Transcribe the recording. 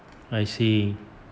I see